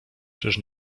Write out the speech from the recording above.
czyż